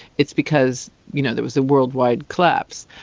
it's because you know there was a worldwide collapse.